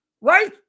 right